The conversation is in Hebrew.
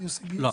לא.